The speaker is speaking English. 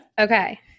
Okay